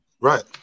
Right